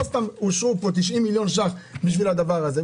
לא סתם אושרו פה 90 מיליון ₪ כדי לסייע.